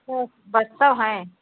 अच्छा हैं